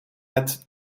het